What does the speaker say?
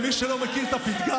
למי שלא מכיר את הפתגם,